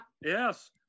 yes